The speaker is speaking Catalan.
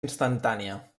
instantània